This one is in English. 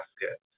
basket